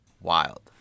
wild